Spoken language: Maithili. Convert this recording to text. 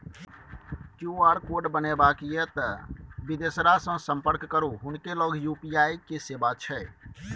क्यू.आर कोड बनेबाक यै तए बिदेसरासँ संपर्क करू हुनके लग यू.पी.आई के सेवा छै